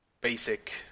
basic